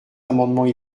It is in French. amendements